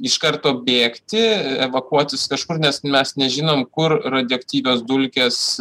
iš karto bėgti evakuotis kažkur nes mes nežinom kur radioaktyvios dulkės